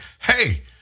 Hey